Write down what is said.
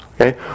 Okay